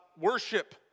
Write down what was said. worship